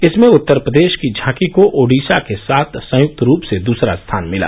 इसमें उत्तर प्रदेश की झांकी को ओडिशा के साथ संयुक्त रूप से दूसरा स्थान मिला